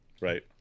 right